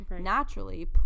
naturally